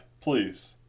please